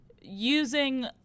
using